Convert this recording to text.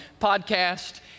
podcast